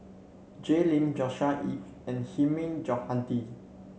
Jay Lim Joshua Ip and Hilmi Johandi